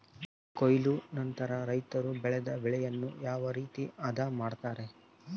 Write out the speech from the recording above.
ಕೊಯ್ಲು ನಂತರ ರೈತರು ಬೆಳೆದ ಬೆಳೆಯನ್ನು ಯಾವ ರೇತಿ ಆದ ಮಾಡ್ತಾರೆ?